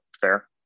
Fair